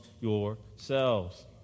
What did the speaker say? yourselves